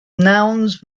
nouns